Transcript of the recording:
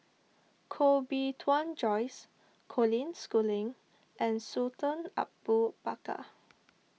Koh Bee Tuan Joyce Colin Schooling and Sultan Abu Bakar